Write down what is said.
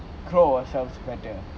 claw yourself better